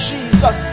Jesus